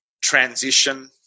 transition